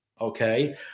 okay